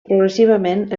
progressivament